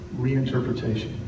reinterpretation